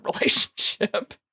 relationship